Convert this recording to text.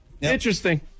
Interesting